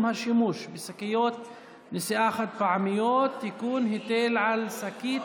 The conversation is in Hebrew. השימוש בשקיות נשיאה חד-פעמיות (תיקון היטל על שקית